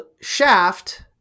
shaft